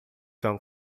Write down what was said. são